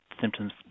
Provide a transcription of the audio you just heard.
symptoms